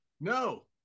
No